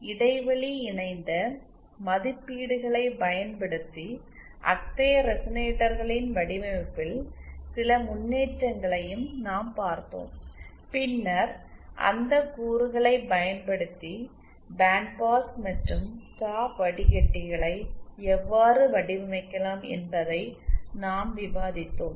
இடைவெளி இணைந்த மதிப்பீடுகளைப் பயன்படுத்தி அத்தகைய ரெசனேட்டர்களின் வடிவமைப்பில் சில முன்னேற்றங்களையும் நாம் பார்த்தோம் பின்னர் அந்த கூறுகளைப் பயன்படுத்தி பேண்ட் பாஸ் மற்றும் ஸ்டாப் வடிக்கட்டிகளை எவ்வாறு வடிவமைக்கலாம் என்பதை நாம் விவாதித்தோம்